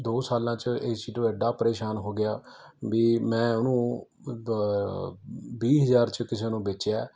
ਦੋ ਸਾਲਾਂ 'ਚ ਏ ਸੀ ਤੋਂ ਐਡਾ ਪਰੇਸ਼ਾਨ ਹੋ ਗਿਆ ਵੀ ਮੈਂ ਉਹਨੂੰ ਵੀਹ ਹਜ਼ਾਰ 'ਚ ਕਿਸੇ ਨੂੰ ਵੇਚਿਆ